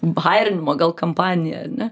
bajerinimo gal kampanija ane